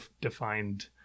defined